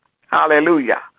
hallelujah